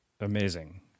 Amazing